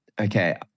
okay